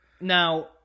Now